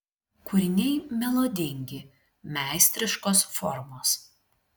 kūriniai melodingi meistriškos formos